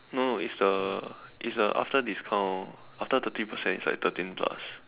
no it's the it's the after discount after thirty percent is like thirteen plus